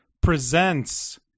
presents